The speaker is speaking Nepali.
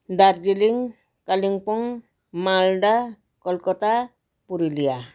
दार्जिलिङ कालिम्पोङ मालदा कलकत्ता पुरुलिया